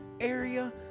area